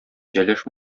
җәләш